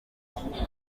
kubera